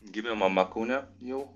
gimė mama kaune jau